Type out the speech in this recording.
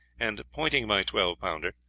and pointing my twelve-pounder,